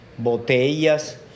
Botellas